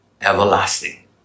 everlasting